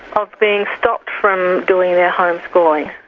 of being stopped from doing their homeschooling.